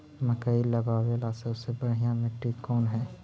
मकई लगावेला सबसे बढ़िया मिट्टी कौन हैइ?